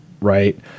right